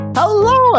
hello